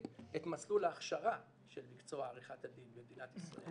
את מסלול ההכשרה של מקצוע עריכת הדין במדינת ישראל